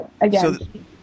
again